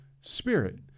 spirit